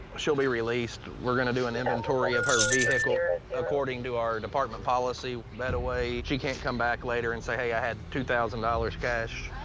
she'll be released. we're going to do an inventory of her vehicle according to our department policy. that way, she can't come back later and say, hey, i had two thousand dollars cash.